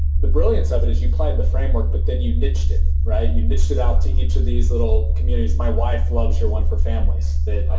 the brilliance of it is you applied the framework but then you niched it, right? you niched it out to each of these little communities. my wife loves your one for families. hal